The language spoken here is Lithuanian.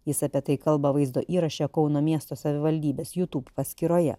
jis apie tai kalba vaizdo įraše kauno miesto savivaldybės youtube paskyroje